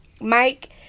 Mike